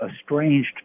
estranged